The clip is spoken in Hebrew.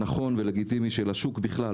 נכון ולגיטימי של השוק בכלל,